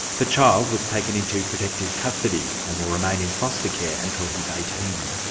the child was taken into protective custody and will remain in foster care until he's eighteen.